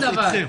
שום דבר.